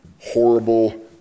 horrible